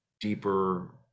deeper